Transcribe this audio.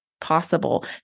possible